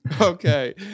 okay